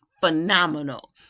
phenomenal